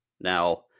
Now